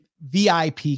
VIP